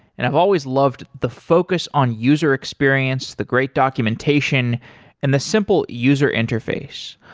and i've always loved the focus on user experience, the great documentation and the simple user interface.